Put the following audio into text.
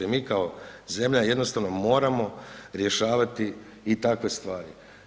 Mi kao zemlja jednostavno moramo rješavati i takve stvari.